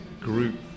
group